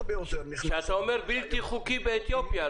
ביותר --- שאתה אומר בלתי חוקי באתיופיה,